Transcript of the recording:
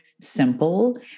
simple